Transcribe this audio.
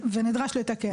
ונדרש לתקן.